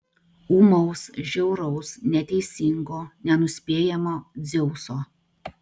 ūmaus žiauraus neteisingo nenuspėjamo dzeuso